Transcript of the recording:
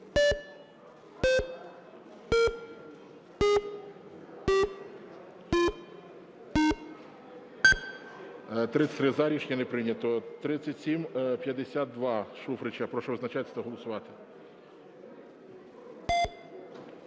За-33 Рішення не прийнято. 3752, Шуфрича. Прошу визначатися та голосувати.